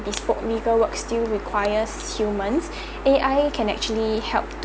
bespoke legal work still requires humans A_I can actually help to